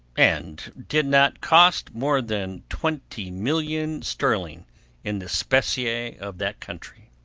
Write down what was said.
and did not cost more than twenty million sterling in the specie of that country.